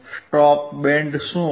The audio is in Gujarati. સ્ટોપ બેન્ડ શું હશે